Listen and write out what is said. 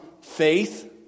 faith